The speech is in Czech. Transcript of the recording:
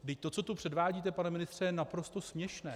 Vždyť to, co tu předvádíte, pane ministře, je naprosto směšné.